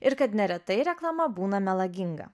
ir kad neretai reklama būna melaginga